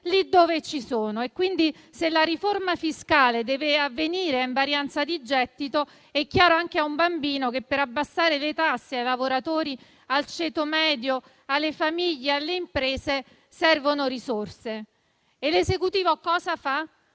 lì dove ci sono. Se la riforma fiscale deve avvenire ad invarianza di gettito, è chiaro anche a un bambino che, per abbassare le tasse ai lavoratori, al ceto medio, alle famiglie ed alle imprese, servono risorse. E l'Esecutivo cosa fa?